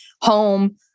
home